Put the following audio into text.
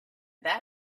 that